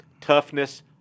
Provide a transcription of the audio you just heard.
toughness